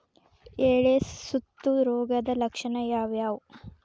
ಎಲೆ ಸುತ್ತು ರೋಗದ ಲಕ್ಷಣ ಯಾವ್ಯಾವ್?